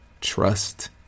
trust